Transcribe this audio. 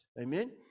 amen